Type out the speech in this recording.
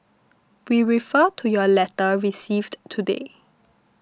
we refer to your letter received today